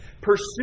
pursue